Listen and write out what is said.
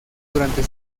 durante